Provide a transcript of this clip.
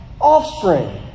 Offspring